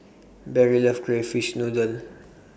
Barry loves Crayfish Noodle